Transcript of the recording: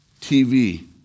TV